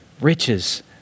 riches